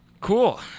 Cool